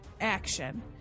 action